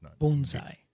Bonsai